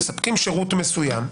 מספקים שירות מסוים.